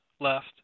left